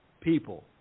people